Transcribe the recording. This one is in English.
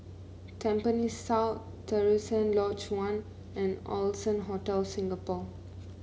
Tampines South Terusan Lodge One and Allson Hotel Singapore